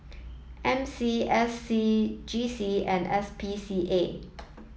M C S C G C and S P C A